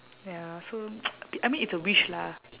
ya so I mean it's a wish lah